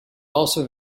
also